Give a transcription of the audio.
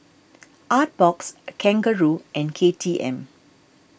Artbox Kangaroo and K T M